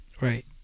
Right